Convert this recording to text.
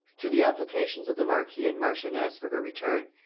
to the applications of the marquis and marchioness for her return,